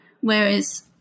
whereas